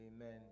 amen